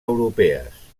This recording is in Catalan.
europees